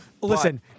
listen